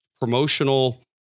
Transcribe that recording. promotional